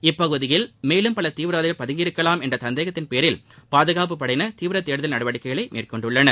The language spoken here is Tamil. இப்பகுதியில் மே லும் பல தீவிரவாதிகள் பதுங்கி இருக்கலாம் என்ற சந்தேகத்தின் பேரில் பாதுகாப்புப் படையினர் தீவிர தேடுதல் நடவடிக்கைளை மேற்கொண்டுள்ளனர்